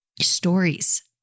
stories